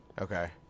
Okay